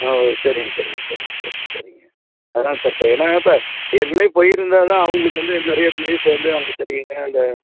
ஆ சரிங்க சரிங்க சரிங்க சரிங்க சரிங்க அதாங்க சார் இப்போ ஏன்னால் இப்போ ஏற்கனவேப் போயிருந்தால் தான் உங்களுக்கு வந்து நிறையப் ப்ளேஸ் வந்து தெரியுங்க அந்த